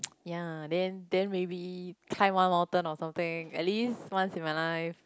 ya then then maybe climb one mountain or something at least once in my life